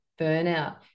burnout